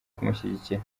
kumushyigikira